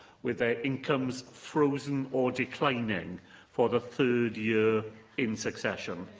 with their incomes frozen or declining for the third year in succession.